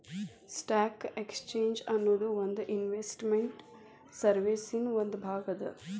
stock exchange ಅನ್ನೊದು ಒಂದ್ investment ಸರ್ವೇಸಿನ್ ಒಂದ್ ಭಾಗ ಅದ